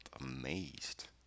amazed